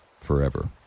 forever